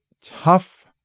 tough